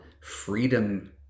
freedom